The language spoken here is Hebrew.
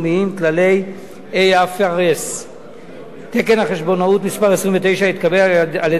כללי IFRS. תקן חשבונאות מס' 29 התקבל על-ידי הוועדה